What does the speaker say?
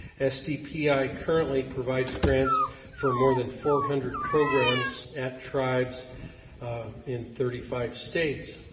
sdpi currently provides grants for more than four hundred programs at tribes in thirty five states.